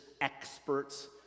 experts